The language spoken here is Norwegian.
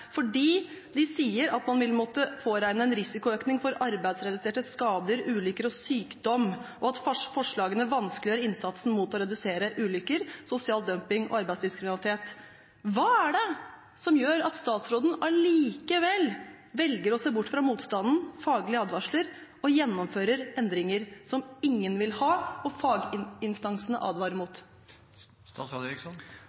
fordi, som de sier, man vil måtte påregne en risikoøkning for arbeidsrelaterte skader, ulykker og sykdom, og fordi forslagene vanskeliggjør innsatsen for å redusere ulykker og innsatsen mot sosial dumping og arbeidslivskriminalitet. Hva er det som gjør at statsråden allikevel velger å se bort fra motstanden og faglige advarsler, og gjennomfører endringer som ingen vil ha, og som faginstansene advarer mot?